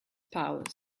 powers